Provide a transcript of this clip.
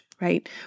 right